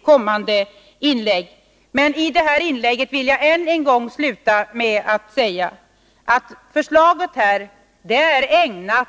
Detta inlägg vill jag sluta med att än en gång säga att propositionens förslag är ägnat